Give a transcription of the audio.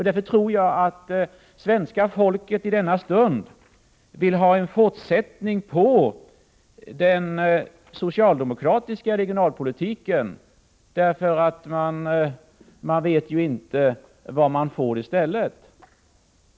Därför tror jag att svenska folket i denna stund vill ha en fortsättning på den socialdemokratiska regionalpolitiken, för man vet inte vad man får i stället.